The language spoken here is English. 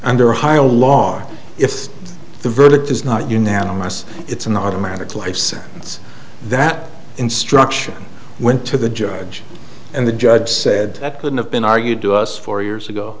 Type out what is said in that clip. under ohio law if the verdict is not unanimous it's an automatic life sentence that instruction went to the judge and the judge said that could have been argued to us four years ago